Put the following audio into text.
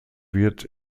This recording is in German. wird